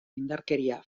indarkeria